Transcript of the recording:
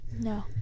No